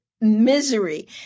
misery